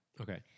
Okay